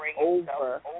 over